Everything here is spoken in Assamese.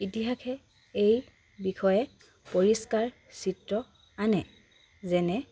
ইতিহাসে এই বিষয়ে পৰিষ্কাৰ চিত্ৰ আনে যেনে